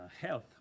health